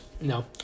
no